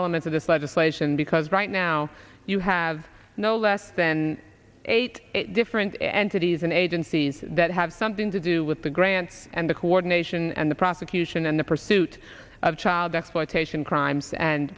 element of this legislation because right now you have no less than eight different entities and agencies that have something to do with the grants and the coordination and the prosecution and the pursuit of child exploitation crimes and